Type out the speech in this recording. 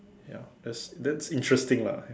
ya that's that's interesting lah